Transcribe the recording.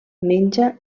menja